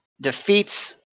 defeats